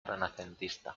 renacentista